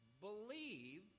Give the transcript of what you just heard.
Believe